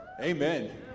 amen